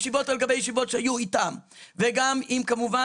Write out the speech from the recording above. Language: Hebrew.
ישיבות על גבי ישיבות שהיו איתם וגם עם כמובן